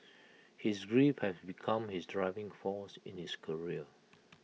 his grief had become his driving force in his career